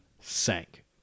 sank